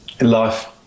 Life